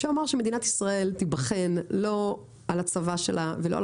שאמר שמדינת ישראל תיבחן לא על הצבא שלה ולא על